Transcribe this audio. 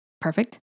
perfect